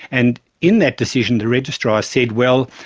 and in that decision the registrar said, well,